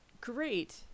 great